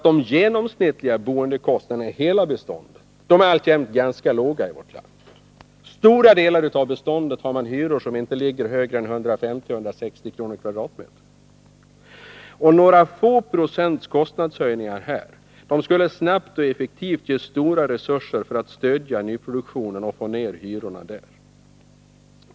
De genomsnittliga boendekostnaderna i hela beståndet är alltjämt ganska låga i vårt land. I stora delar av beståndet är hyrorna inte högre än 150-160 kr. per kvadratmeter. Kostnadshöjningar med några få procent skulle således snabbt och effektivt ge stora resurser för att stödja nyproduktionen och där få ned hyrorna.